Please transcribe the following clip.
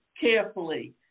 carefully